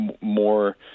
more